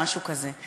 משהו כזה.